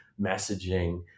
messaging